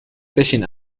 بشین